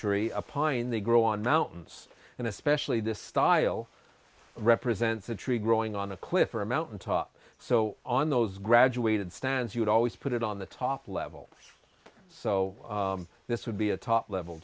tree a pine they grow on mountains and especially this style represents a tree growing on a cliff or a mountain top so on those graduated stands you would always put it on the top level so this would be a top level